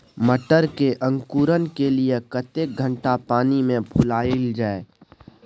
मटर के अंकुरण के लिए कतेक घंटा पानी मे फुलाईल जाय?